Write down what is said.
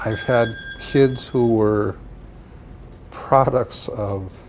i had sids who were products of